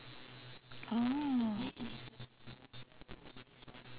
mm